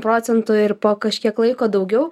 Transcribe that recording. procentų ir po kažkiek laiko daugiau